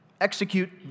execute